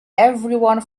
everyone